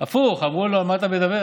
הפוך, אמרו לו: על מה אתה מדבר?